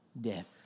death